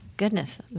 Goodness